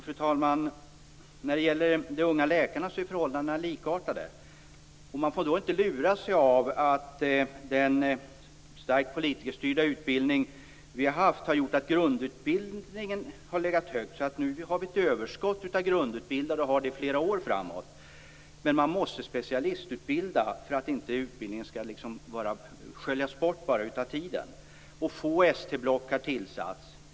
För de unga läkarna är förhållandena likartade. Man får inte lura sig av att den starkt politikerstyrda utbildningen har gjort att grundutbildningen har varit omfattande. Nu finns det ett överskott av grundutbildade för flera år framåt. Men det måste ske en specialistutbildning, så att inte grundutbildningen sköljs bort under tiden. Få ST-block har tillsatts.